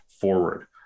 forward